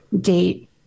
date